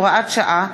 הוראת שעה),